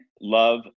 love